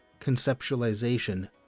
conceptualization